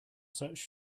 such